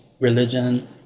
religion